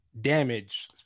damage